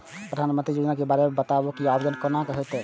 प्रधानमंत्री योजना के बारे मे बताबु की आवेदन कोना हेतै?